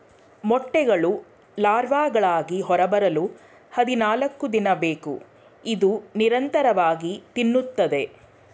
ಮೊಟ್ಟೆಗಳು ಲಾರ್ವಾಗಳಾಗಿ ಹೊರಬರಲು ಹದಿನಾಲ್ಕುದಿನ ಬೇಕು ಇದು ನಿರಂತರವಾಗಿ ತಿನ್ನುತ್ತದೆ